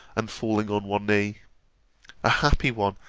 and falling on one knee a happy one,